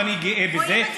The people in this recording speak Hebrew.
ואני גאה בזה,